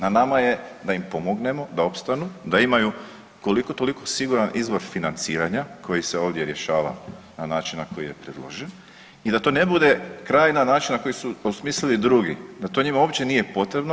Na nama je da im pomognemo da opstanu, da imaju koliko toliko siguran izvor financiranja koji se ovdje rješava na način koji je predložen i da to ne bude kraj načina koji su osmislili drugi, da to njima uopće nije potrebno.